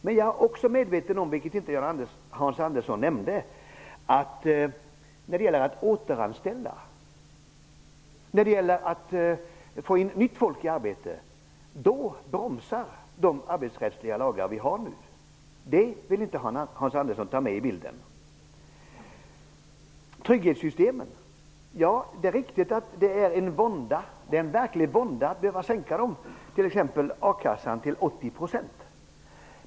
Men jag är också medveten om att när det gäller att återanställa och få in nytt folk i arbete bromsar de arbetsrättsliga lagar vi har nu. Det nämnde inte Det vill inte Hans Andersson ta med i bilden. Så till frågan om trygghetssystemen. Ja, det är riktigt att det är en verklig vånda att t.ex. behöva sänka a-kassan till 80 %.